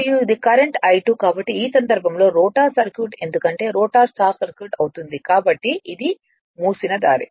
మరియు ఇది current I2 కాబట్టి ఈ సందర్భం లో రోటర్ సర్క్యూట్ ఎందుకంటే రోటర్ షార్ట్ సర్క్యూట్ అవుతుంది కాబట్టి ఇది మూసిన దారి